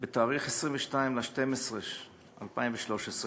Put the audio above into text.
בתאריך 22 בדצמבר 2013,